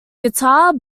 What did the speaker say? guitar